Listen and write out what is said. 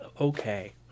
Okay